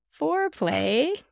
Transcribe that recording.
foreplay